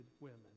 women